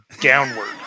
downward